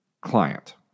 client